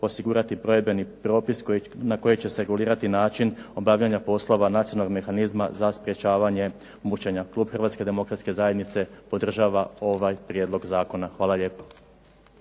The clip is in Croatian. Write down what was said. osigurati provedbeni propis na koji će se regulirati način obavljanja poslova nacionalnog mehanizma za sprečavanje mučenja. Klub Hrvatske demokratske zajednice podržava ovaj Prijedlog zakona. Hvala lijepo.